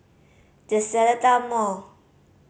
The Seletar Mall